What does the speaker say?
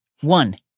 One